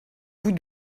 vous